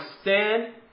stand